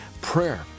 prayer